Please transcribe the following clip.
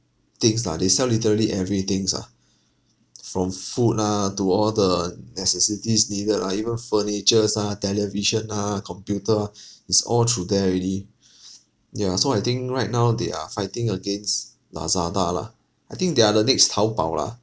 things lah they sell literally every things ah from food ah to all the necessities needed lah even furnitures ah television ah computer it's all through there already ya so I think right now they are fighting against Lazada lah I think they are the next Taobao lah